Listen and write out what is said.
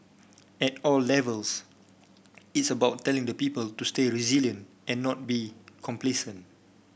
at all levels it's about telling the people to stay resilient and not be complacent